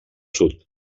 sud